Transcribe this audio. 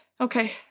Okay